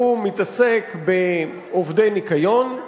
הוא מתעסק בעובדי ניקיון,